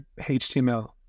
HTML